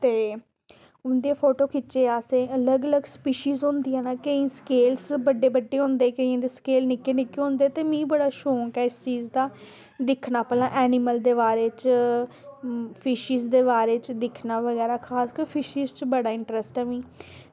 ते उं'दे फोटो खिच्चे असें अलग अलग स्पीशिज़ होंदियां केईं स्केल्स बड्डे बड्डे होंदे ते केइयें दे स्केल निक्के निक्के होंदे ते मिगी बड़ा शौंक ऐ इस चीज़ दा दिक्खना भला एनिमल दे बारे च फिशिज़ दे बारे च दिक्खना बगैरा खासकर फिशिज़ च बड़ा इंटरस्ट ऐ मिगी